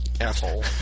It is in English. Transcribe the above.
Asshole